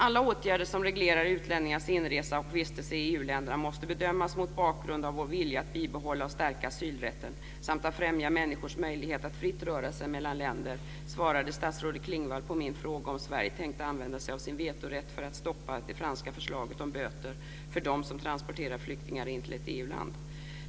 "Alla åtgärder som reglerar utlänningars inresa och vistelse i EU-länderna måste bedömas mot bakgrund av vår vilja att bibehålla och stärka asylrätten samt att främja människors möjlighet att fritt röra sig mellan länder." Detta svarade statsrådet Klingvall på min fråga om Sverige tänkte använda sig av sin vetorätt för att stoppa det franska förslaget om böter för dem som transporterar flyktingar in till ett EU-land.